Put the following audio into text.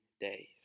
days